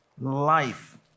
life